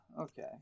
okay